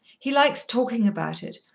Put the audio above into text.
he likes talking about it,